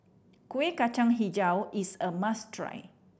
Kueh Kacang Hijau is a must try